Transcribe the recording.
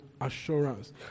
assurance